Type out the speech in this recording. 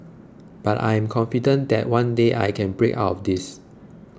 but I am confident that one day I can break out of this